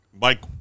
Mike